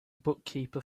bookkeeper